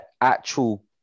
actual